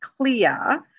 clear